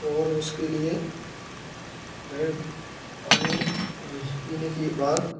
और उसके लिए फिर पानी पीने के बाद